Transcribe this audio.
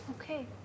Okay